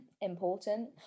important